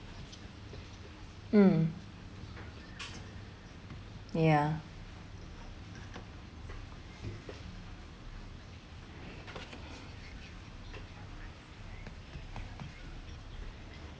mm ya